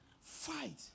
Fight